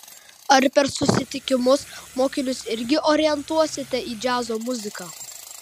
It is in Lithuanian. ar per susitikimus mokinius irgi orientuosite į džiazo muziką